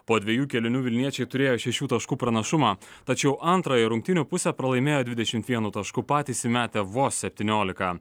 po dviejų kėlinių vilniečiai turėjo šešių taškų pranašumą tačiau antrąją rungtynių pusę pralaimėjo dvidešimt vienu tašku patys įmetę vos septyniolika